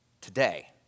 today